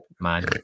man